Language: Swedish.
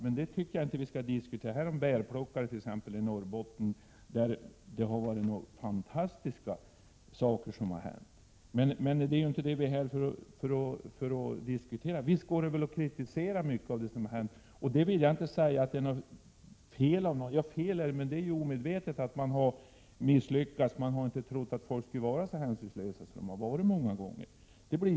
Detta gäller t.ex. bärplockare i Norrbotten, där det har hänt ganska fantastiska saker. Det är emellertid inte den saken vi är här för att diskutera. Man kan kritisera mycket av det som har hänt. Jag vill dock inte säga att någon har gjort fel. Det är fråga om ett fel, men det har gjorts omedvetet. Man har misslyckats och inte trott att människor skulle vara så hänsynslösa som de många gånger har varit.